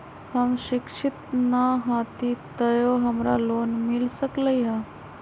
हम शिक्षित न हाति तयो हमरा लोन मिल सकलई ह?